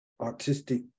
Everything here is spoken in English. artistic